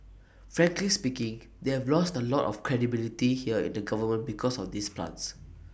frankly speaking they have lost A lot of credibility here in the government because of these plants